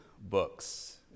books